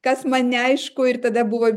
kas man neaišku ir tada buvo